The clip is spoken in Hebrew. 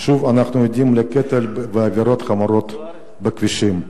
שוב אנחנו עדים לקטל ולעבירות חמורות בכבישים.